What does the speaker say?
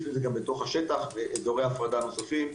צריך את זה גם בתוך השטח ואזורי הפרדה נוספים.